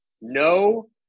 No